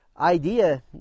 idea